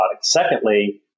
Secondly